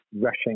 rushing